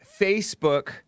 Facebook